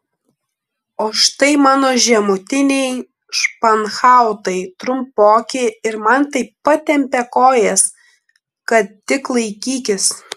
o štai mano žemutiniai španhautai trumpoki ir man taip patempė kojas kad tik laikykis